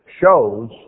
shows